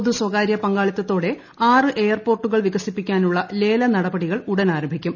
പൊതു സ്വകാര്യ പങ്കാളിത്തതോടെ ആറ് എയർപോർട്ടുകൾ വികസിപ്പിക്കാനുള്ള ലേല നടപടികൾ ഉടൻ ആരംഭിക്കും